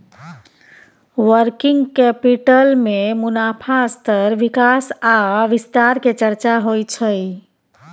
working capital में मुनाफ़ा स्तर विकास आ विस्तार के चर्चा होइ छइ